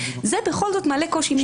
זה בהחלט מעלה קושי מיוחד.